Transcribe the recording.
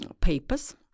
papers